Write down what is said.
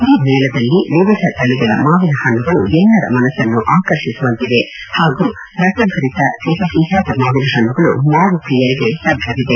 ಈ ಮೇಳದಲ್ಲಿ ವಿವಿಧ ತಳಗಳ ಮಾವಿನ ಹಣ್ಣುಗಳು ಎಲ್ಲರ ಮನಸನ್ನು ಆಕರ್ಷಿಸುವಂತಿವೆ ಹಾಗೂ ರಸಬರಿತ ಸಿಹಿ ಸಿಹಿಯಾದ ಮಾವಿನ ಹಣ್ಣುಗಳು ಮಾವು ಪ್ರಿಯರಿಗೆ ಲಭ್ಯ ಇವೆ